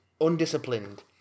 Undisciplined